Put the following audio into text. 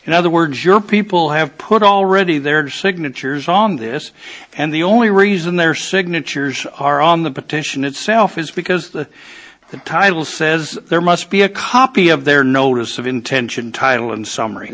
in other words your people have put already their signatures on this and the only reason their signatures are on the petition itself is because the title says there must be a copy of their notice of intention title and summ